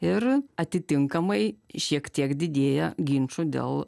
ir atitinkamai šiek tiek didėja ginčų dėl